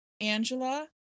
Angela